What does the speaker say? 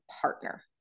partner